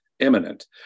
imminent